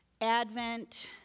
advent